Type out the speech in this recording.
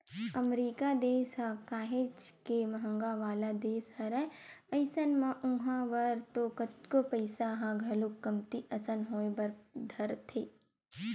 अमरीका देस ह काहेच के महंगा वाला देस हरय अइसन म उहाँ बर तो कतको पइसा ह घलोक कमती असन होय बर धरथे